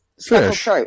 Fish